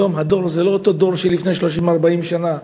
היום הדור זה לא אותו דור שלפני 30 40 שנה.